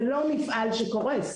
זה לא מפעל שקורס.